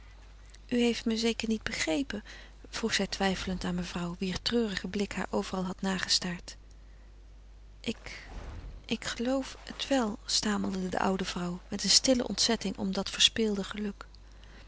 u heeft me zeker niet begrepen vroeg zij twijfelend aan mevrouw wier treurige blik haar overal had nagestaard ik ik geloof het wel stamelde de oude vrouw met een stille ontzetting om dat verspeelde geluk